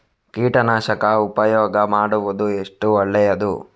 ಕೀಟನಾಶಕ ಉಪಯೋಗ ಮಾಡುವುದು ಎಷ್ಟು ಒಳ್ಳೆಯದು?